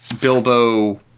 Bilbo